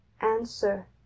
Answer